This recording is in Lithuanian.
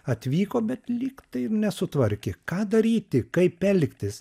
atvyko bet lyg tai ir nesutvarkė ką daryti kaip elgtis